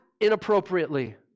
inappropriately